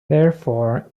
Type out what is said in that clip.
therefore